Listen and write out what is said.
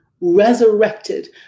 resurrected